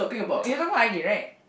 you talking about Aidil right